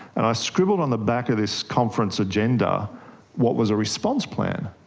and i scribbled on the back of this conference agenda what was a response plan,